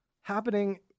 happening